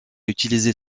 utiliser